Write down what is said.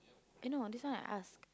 eh no this one I asked